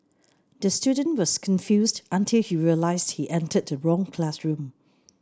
the student was confused until he realised he entered the wrong classroom